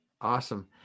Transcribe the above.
Awesome